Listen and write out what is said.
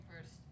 first